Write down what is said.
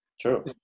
True